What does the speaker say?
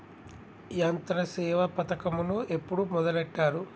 యంత్రసేవ పథకమును ఎప్పుడు మొదలెట్టారు?